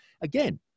again